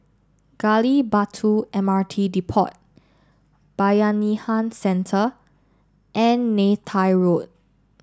Gali Batu M R T Depot Bayanihan Centre and Neythai Road